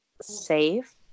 safe